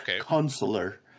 Counselor